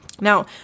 Now